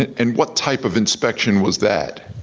and what type of inspection was that?